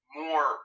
more